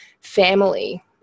family